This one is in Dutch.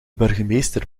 burgemeester